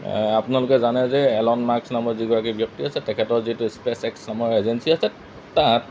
আপোনালোকে জানে যে এলন মাস্ক নামৰ যিগৰাকী ব্যক্তি আছে তেখেতৰ যিটো স্পেচ এক্স নামৰ এজেঞ্চি আছে তাত